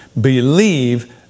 believe